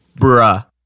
bruh